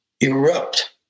erupt